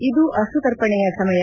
ಇದು ಅಶ್ರುತರ್ಪಣೆಯ ಸಮಯ